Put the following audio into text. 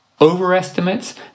overestimates